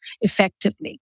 effectively